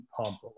pump